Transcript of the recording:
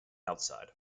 outside